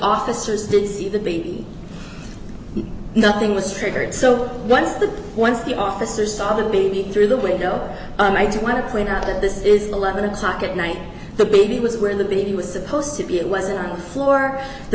officers did see the baby nothing was triggered so once the once the officer saw the baby through the window and i do want to point out that this is eleven o'clock at night the baby was when the baby was supposed to be it was in a floor the